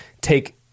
take